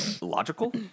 Logical